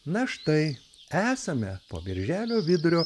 na štai esame po birželio vidurio